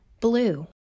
blue